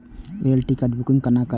Rail ticket booking कोना करब?